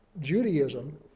Judaism